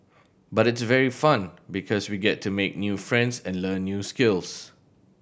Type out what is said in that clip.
but it's very fun because we get to make new friends and learn new skills